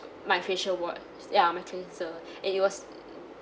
my facial wash ya my cleanser and it was